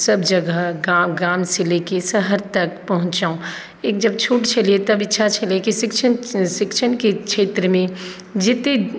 सभ जगह गाम गामसँ लेके शहर तक पहुँचहुँ एक जब छोट छलियै तब इच्छा छलै कि शिक्षण शिक्षणके क्षेत्रमे जतेक